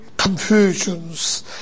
Confusions